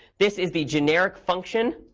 this is the generic function,